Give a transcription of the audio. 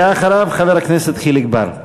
ואחריו, חבר הכנסת חיליק בר.